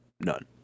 none